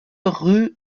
rue